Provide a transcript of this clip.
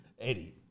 Eddie